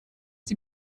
die